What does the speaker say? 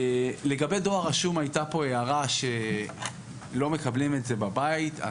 לגבי דואר רשום הייתה פה הערה שלא מקבלים את זה בבית,